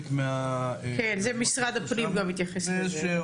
--- זה משרד הפנים גם התייחס לזה.